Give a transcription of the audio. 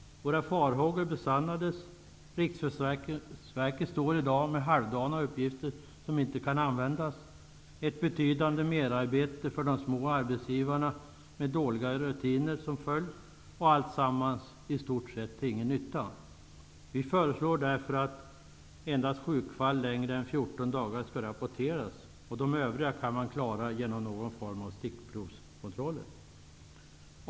Våra farhågor besannades. Riksförsäkringsverket står i dag med halvdana uppgifter som inte kan användas. Det är ett betydande merarbete för de små arbetsgivarna, med dåliga rutiner som följd -- och alltsammans till i stort sett ingen nytta. Vi föreslår därför att endast sjukfall som är längre än 14 dagar skall rapporteras. De övriga kan man klara genom någon form av stickprovskontroller.